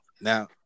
Now